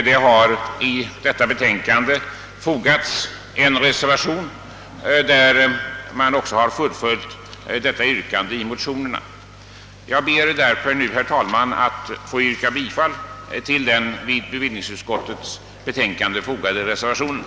Vi har vid detta betänkande fogat en reservation där detta yrkande i motionerna fullföljts. Jag ber därför, herr talman, att få yrka bifall till den vid bevillningsutskottets betänkande fogade reservationen.